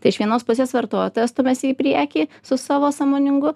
tai iš vienos pusės vartotojas stumiasi į priekį su savo sąmoningu